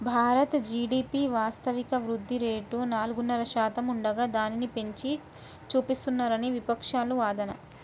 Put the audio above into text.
Bharat GDP వాస్తవిక వృద్ధి rate నాలుగున్నర శాతం ఉండగా దానిని పెంచి చూపిస్తున్నారని విపక్షాల వాదన